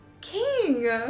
King